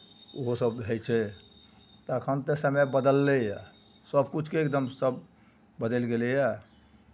ओहो सभ होइ छै तऽ एखन तऽ समय बदललैए सभकिछुके एकदम सभ बदलि गेलैए